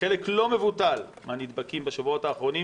חלק לא מבוטל מהנדבקים בשבועות האחרונים